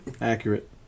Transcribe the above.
Accurate